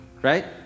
right